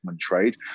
trade